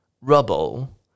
rubble